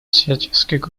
всяческих